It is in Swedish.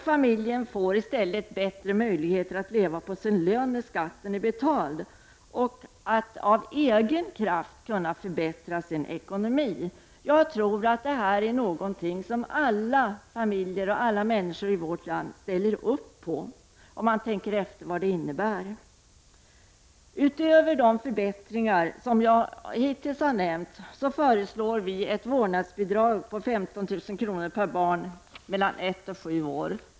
Familjen får i stället bättre möjligheter att leva på sin lön när skatten är betald och att av egen kraft förbättra sin ekonomi. Jag tror att om man tänker efter vad detta innebär, så är det något som alla familjer och alla människor i vårt land ställer upp på. Utöver de förbättringar som jag hittills har nämnt föreslår vi ett vårdnadsbidrag för barn mellan ett och sju år på 15 000 kr per barn.